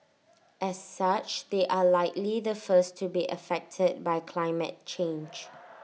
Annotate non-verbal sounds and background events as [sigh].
as such they are likely the first to be affected by climate change [noise]